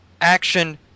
action